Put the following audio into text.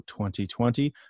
2020